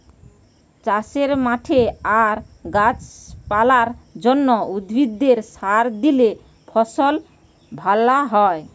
চাষের মাঠে আর গাছ পালার জন্যে, উদ্ভিদে সার দিলে ফসল ভ্যালা হয়